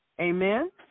Amen